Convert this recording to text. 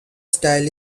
style